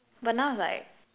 but now it's like